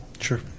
sure